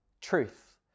truth